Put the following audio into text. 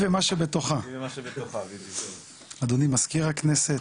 הכנסת, אדוני מזכיר הכנסת,